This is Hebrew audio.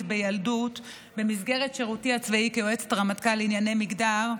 בילדות במסגרת שירותי הצבאי כיועצת הרמטכ"ל לענייני מגדר,